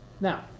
now